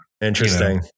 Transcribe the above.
Interesting